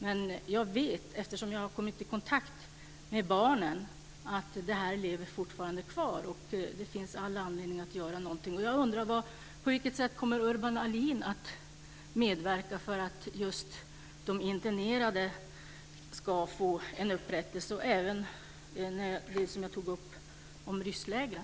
Men eftersom jag har kommit i kontakt med barnen vet jag att det här fortfarande lever kvar. Det finns all anledning att göra någonting. Jag undrar: På vilket sätt kommer Urban Ahlin att medverka till att just de internerade ska få en upprättelse och att vi får klarhet i det jag tog upp om rysslägren.